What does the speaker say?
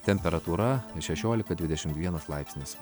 temperatūra šešiolika dvidešimt vienas laipsnis